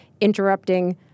interrupting